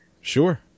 Sure